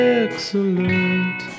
excellent